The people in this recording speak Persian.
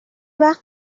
وقت